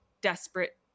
desperate